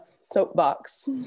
soapbox